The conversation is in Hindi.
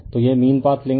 तो यह मीन पाथ लेगे